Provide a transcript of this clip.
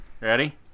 ready